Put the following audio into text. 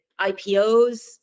IPOs